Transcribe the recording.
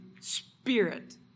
spirit